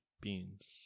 Beans